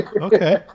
Okay